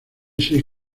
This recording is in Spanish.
seis